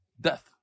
death